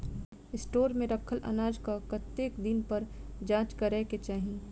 Store मे रखल अनाज केँ कतेक दिन पर जाँच करै केँ चाहि?